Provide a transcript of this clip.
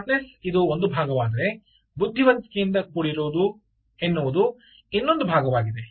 smartness ಇದು ಒಂದು ಭಾಗವಾದರೆ ಬುದ್ಧಿವಂತಿಕೆಯಿಂದ ಕೂಡಿರುವುದು ಎನ್ನುವುದು ಇನ್ನೊಂದು ಭಾಗವಾಗಿದೆ